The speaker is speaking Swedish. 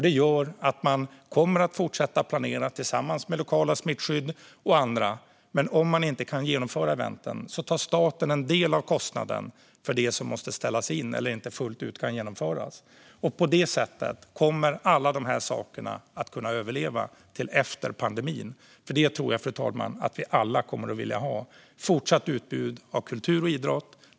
Det gör att man kommer att kunna fortsätta planera tillsammans med det lokala smittskyddet och andra, men om man inte kan genomföra eventen tar staten en del av kostnaden för det som måste ställas in eller inte fullt ut kan genomföras. På det sättet kommer alla de här eventen att kunna överleva till efter pandemin. Jag tror, fru talman, att vi alla kommer att vilja ha ett fortsatt utbud av kultur och idrott.